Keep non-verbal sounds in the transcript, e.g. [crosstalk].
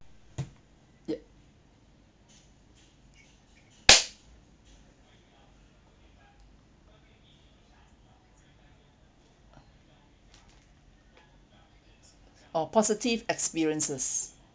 ya [breath] orh positive experiences